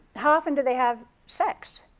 how often do they have sex?